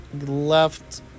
left